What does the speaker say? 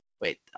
wait